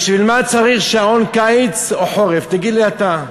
בשביל מה צריך שעון קיץ או חורף, תגיד לי אתה.